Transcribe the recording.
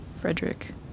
Frederick